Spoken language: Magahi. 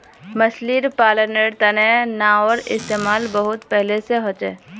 मछली पालानेर तने नाओर इस्तेमाल बहुत पहले से होचे